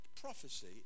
prophecy